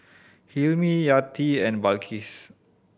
Hilmi Yati and Balqis